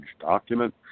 document